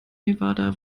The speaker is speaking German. nevada